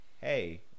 hey